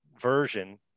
version